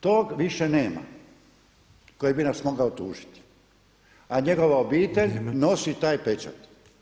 Tog više nema koji bi nas mogao tužiti a njegova obitelj nosi taj pečat.